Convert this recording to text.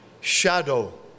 shadow